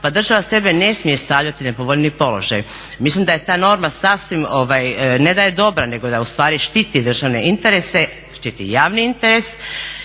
Pa država sebe ne smije stavljati u nepovoljniji položaj. Mislim da je ta norma sasvim, ne da je dobra, nego da ustvari štiti državne interese, štiti javni interes